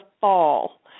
fall